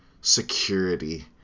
security